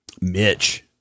Mitch